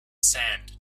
sand